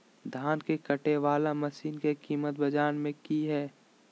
धान के कटे बाला मसीन के कीमत बाजार में की हाय?